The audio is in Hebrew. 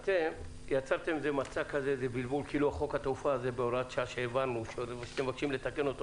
האיזון מבחינת ה-70% היה חשוב מאוד